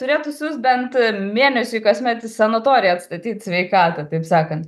turėtų siųst bent mėnesiui kasmet į sanatoriją atstatyt sveikatą taip sakant